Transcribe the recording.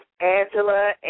Angela